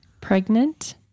pregnant